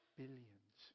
billions